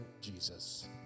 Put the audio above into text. Jesus